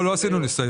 לא היה ניסיון.